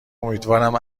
امیدوارم